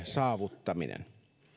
saavuttaminen